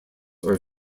are